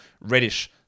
Reddish